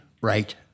right